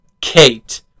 Kate